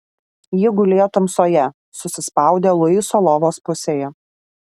jie gulėjo tamsoje susispaudę luiso lovos pusėje